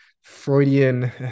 Freudian